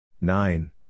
nine